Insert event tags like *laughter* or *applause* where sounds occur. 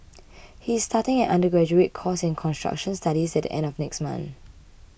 *noise* he is starting an undergraduate course in construction studies at the end of next month